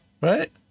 right